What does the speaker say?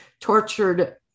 tortured